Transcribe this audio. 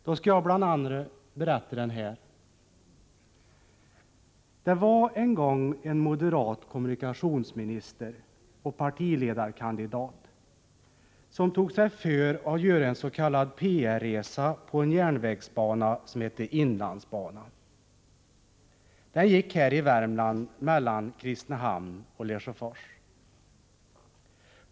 Då skall jag bl.a. berätta den här: Det var en gång en moderat kommunikationsminister och partiledarkandidat som tog sig för att göra en s.k. PR-resa på en järnvägsbana som hette inlandsbanan. Den gick här i Värmland mellan Kristinehamn och Lesjöfors.